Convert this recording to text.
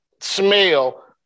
smell